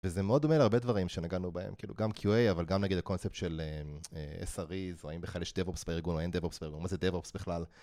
וזה מאוד דומה להרבה דברים שנגענו בהם, כאילו גם QA, אבל גם נגיד הקונספט של SRE's, או האם בכלל יש DevOps בארגון, או אין DevOps בארגון, מה זה DevOps בכלל?